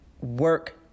work